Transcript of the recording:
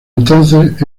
entonces